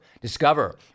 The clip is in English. Discover